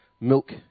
milk